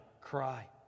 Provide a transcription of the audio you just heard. cry